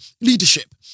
leadership